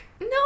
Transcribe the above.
No